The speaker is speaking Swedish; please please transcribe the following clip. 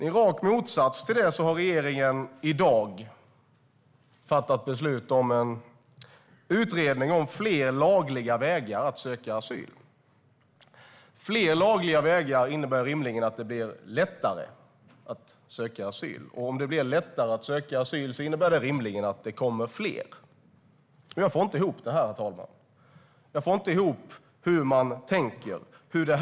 I rak motsats till det har regeringen i dag fattat beslut om en utredning om fler lagliga vägar att söka asyl. Fler lagliga vägar innebär rimligen att det blir lättare att söka asyl. Och om det blir lättare att söka asyl innebär det rimligen att det kommer fler. Jag får inte ihop det här, herr talman. Hur tänker man?